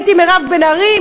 הייתי מירב בן ארי,